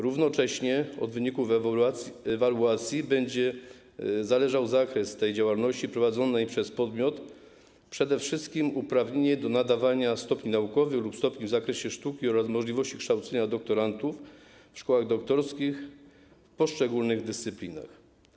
Równocześnie od wyników ewaluacji będzie zależał zakres tej działalności prowadzonej przez podmiot, przede wszystkim uprawnienie do nadawania stopni naukowych lub stopni w zakresie sztuki oraz możliwość kształcenia doktorantów w szkołach doktorskich w poszczególnych dyscyplinach.